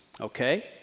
Okay